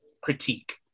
critique